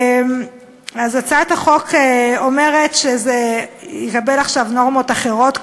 אז הצעת החוק אומרת שזה יקבל עכשיו נורמות אחרות,